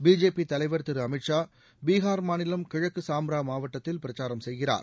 BJP தலைவர் திரு அமீத் ஷா பீஹார் மாநிலம் கிழக்கு சாம்ரா மாவட்டத்தில் பிரச்சாரம் செய்கிறார்